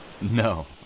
No